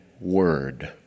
word